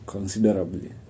Considerably